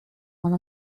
one